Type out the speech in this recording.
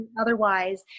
otherwise